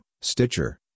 Stitcher